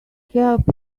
help